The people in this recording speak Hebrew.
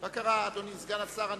מה קרה, אדוני סגן השר הנכבד?